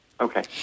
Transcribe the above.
Okay